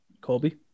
Colby